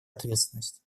ответственность